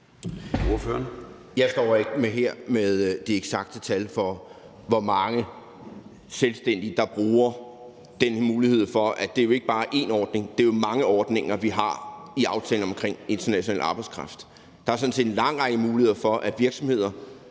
Jeg står ikke her med det eksakte tal for, hvor mange selvstændige der bruger den mulighed. Det er jo ikke bare én ordning, det er jo mange ordninger, vi har i aftalen omkring international arbejdskraft. Der er sådan set en lang række muligheder for, at virksomheder